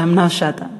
חברי כנסת נכבדים,